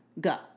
go